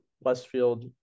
Westfield